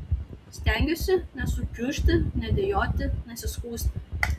stengiuosi nesukiužti nedejuoti nesiskųsti